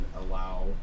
allow